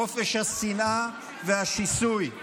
חופש השנאה והשיסוי.